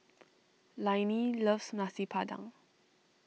Lainey loves Nasi Padang